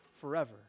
forever